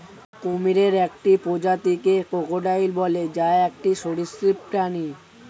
কুমিরের একটি প্রজাতিকে ক্রোকোডাইল বলে, যা একটি সরীসৃপ প্রাণী